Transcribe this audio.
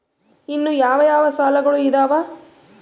ಇನ್ನು ಯಾವ ಯಾವ ಸಾಲಗಳು ಇದಾವೆ?